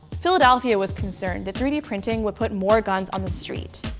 philadelphia was concerned that three d printing would put more guns on the street,